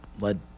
led